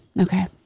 Okay